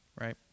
right